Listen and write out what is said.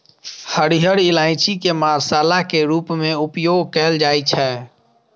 हरियर इलायची के मसाला के रूप मे उपयोग कैल जाइ छै